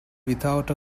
without